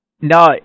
No